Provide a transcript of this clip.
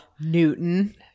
Newton